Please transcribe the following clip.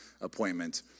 appointment